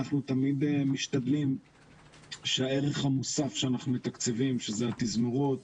אנחנו תמיד משתדלים שהערך המוסף שאנחנו מתקצבים שזה התזמורות,